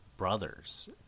brothers